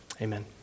Amen